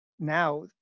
Now